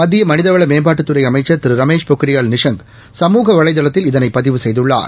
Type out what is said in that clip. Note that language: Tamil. மத்திய மனிதவள மேம்பாட்டுத்துறை அமைச்சள் திரு ரமேஷ் பொக்ரியால் நிஷாங் சமூக வலைதளத்தில் இதனை பதிவு செய்துள்ளார்